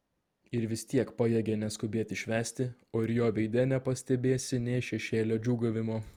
ir vis tiek pajėgia neskubėti švęsti o ir jo veide nepastebėsi nė šešėlio džiūgavimo